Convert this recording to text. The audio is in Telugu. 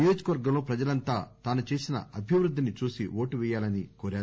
నియోజక వర్గంలో ప్రజలంతా తాను చేసిన అభివృద్దిని చూసి ఓటు వేయాలని కోరారు